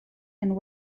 and